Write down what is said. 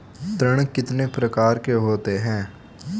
ऋण कितने प्रकार के होते हैं?